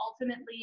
ultimately